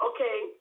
okay